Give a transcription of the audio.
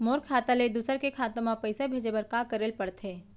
मोर खाता ले दूसर के खाता म पइसा भेजे बर का करेल पढ़थे?